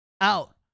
out